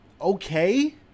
okay